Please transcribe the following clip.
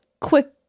quick